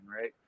right